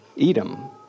Edom